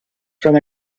from